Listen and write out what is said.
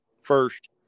first